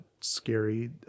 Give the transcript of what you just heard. scary